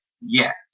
Yes